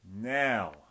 Now